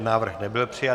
Návrh nebyl přijat.